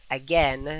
again